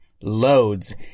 loads